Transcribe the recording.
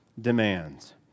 demands